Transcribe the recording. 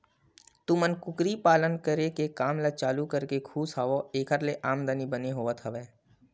तुमन कुकरी पालन करे के काम ल चालू करके खुस हव ऐखर ले आमदानी बने होवत हवय?